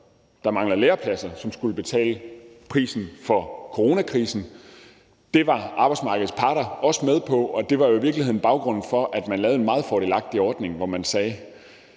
der manglede lærepladser, som skulle betale prisen for coronakrisen. Det var arbejdsmarkedets parter også med på, og det var jo i virkeligheden baggrunden for, at man lavede en meget fordelagtig ordning, hvor man sagde: